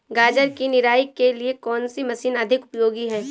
गाजर की निराई के लिए कौन सी मशीन अधिक उपयोगी है?